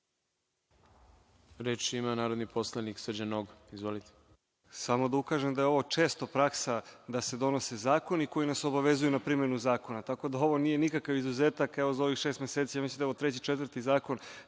Reč ima narodni poslanik Srđan Nogo. Izvolite. **Srđan Nogo** Samo da ukažem da je ovo često praksa da se donose zakoni koji nas obavezuju na primenu zakona. Ovo nije nikakav izuzetak. Za ovih šest meseci mislim da je ovo treći, četvrti zakon.